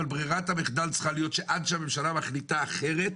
אבל ברירת המחדל צריכה להיות שעד שהממשלה מחליטה אחרת,